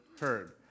heard